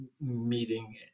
meeting